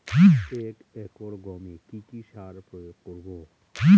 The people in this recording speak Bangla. এক একর গমে কি কী সার প্রয়োগ করব?